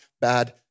bad